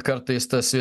kartais tas